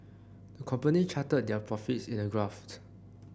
company charted their profits in a graph